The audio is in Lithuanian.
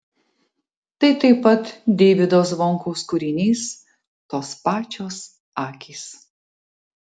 tai taip pat deivydo zvonkaus kūrinys tos pačios akys